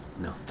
No